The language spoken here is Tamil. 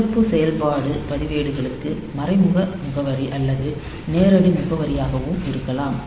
சிறப்பு செயல்பாடு பதிவேடுகளுக்கு மறைமுக முகவரி அல்லது நேரடி முகவரியாகவும் இருக்கலாம்